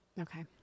Okay